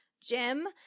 Jim